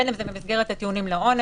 בין אם זה במסגרת הטיעונים לעונש